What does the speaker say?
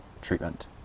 treatment